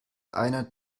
einer